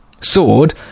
sword